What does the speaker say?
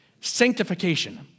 sanctification